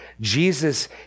jesus